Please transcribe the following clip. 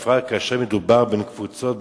בפרט כאשר מדובר בין קבוצות,